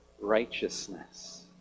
righteousness